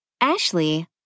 Ashley